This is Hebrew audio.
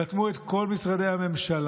רתמו את כל משרדי הממשלה,